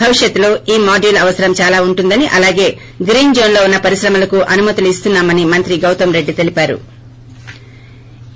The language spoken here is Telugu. భవిష్యత్తులో ఈ మోడ్యూల్ అవసరం చాలా ఉంటుందని అలాగే గ్రీన్ జోన్ లో వున్న పరిశ్రమలకు అనుమతులు ఇస్తున్నా మని మంత్రి గౌతంరెడ్డి తెలిపారు